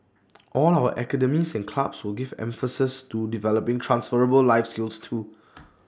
all our academies and clubs will give emphases to developing transferable life skills too